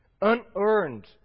unearned